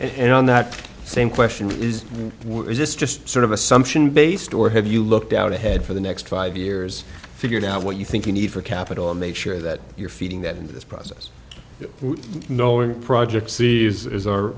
ok and on that same question is is this just sort of assumption based or have you looked out ahead for the next five years figured out what you think you need for capital and make sure that you're feeding that into this process knowing project cvs as our